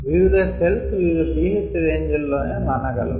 వివిధ సేల్స్ వివిధ pH రేంజ్ లోనే మనగలవు